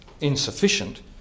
insufficient